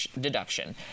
deduction